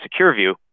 SecureView